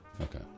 Okay